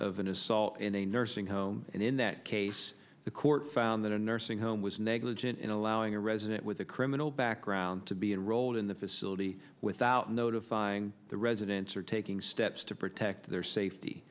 is an assault in a nursing home and in that case the court found that a nursing home was negligent in allowing a resident with a criminal background to be enrolled in the facility without notifying the residents are taking steps to protect their safety